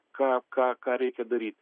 ką ką ką reikia daryti